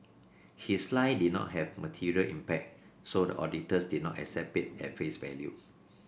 his lie did not have material impact so the auditors did not accept it at face value